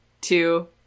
two